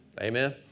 Amen